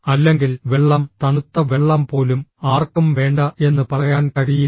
അല്ലെങ്കിൽ വെള്ളം തണുത്ത വെള്ളം പോലും ആർക്കും വേണ്ട എന്ന് പറയാൻ കഴിയില്ല